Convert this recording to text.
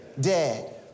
dead